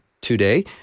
today